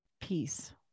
Peace